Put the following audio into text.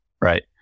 right